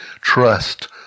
trust